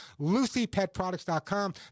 lucypetproducts.com